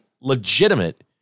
legitimate